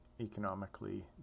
economically